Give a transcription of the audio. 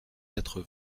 quatre